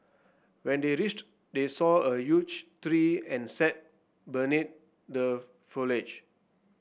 when they reached they saw a tree and sat beneath the foliage